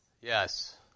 Yes